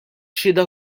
xhieda